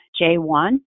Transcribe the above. J1